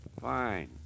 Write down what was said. Fine